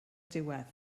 diwedd